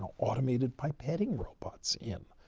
automated pipetting robots in.